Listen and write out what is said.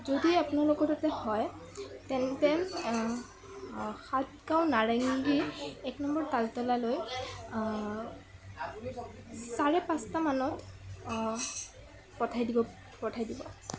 যদি আপোনালোকৰ তাতে হয় তেন্তে সাতগাঁও নাৰেংগী এক নম্বৰ তালতলালৈ চাৰে পাঁচটামানত পঠাই দিব পঠাই দিব